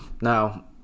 Now